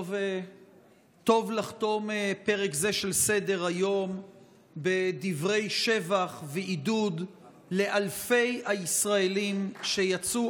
טוב לחתום פרק זה של סדר-היום בדברי שבח ועידוד לאלפי הישראלים שיצאו